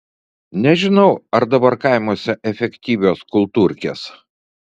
nežinau ar dabar kaimuose efektyvios kultūrkės